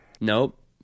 Nope